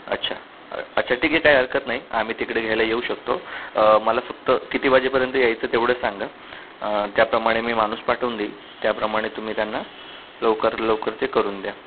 अच्छा अच्छा ठीक आहे काय हरकत नाही आम्ही तिकडे घ्यायला येऊ शकतो मला फक्त किती वाजेपर्यंत यायचं तेवढं सांगा त्याप्रमाणे मी माणूस पाठवून देईल त्याप्रमाणे तुम्ही त्यांना लवकरात लवकर ते करून द्या